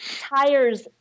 tires